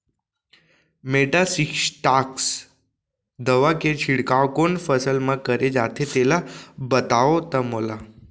Metasystox दवा के छिड़काव कोन फसल म करे जाथे तेला बताओ त मोला?